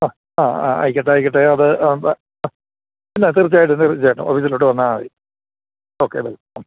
അ ആ ആയിക്കോട്ടെ ആയിക്കോട്ടെ അത് ഇല്ല തീർച്ചയായിട്ടും തീർച്ചയായിട്ടും ഓഫിസിലോട്ടു വന്നാല് മതി ഓക്കെ വെൽകം